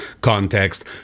context